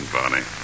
Bonnie